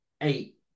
eight